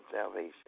salvation